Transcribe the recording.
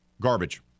garbage